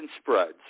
spreads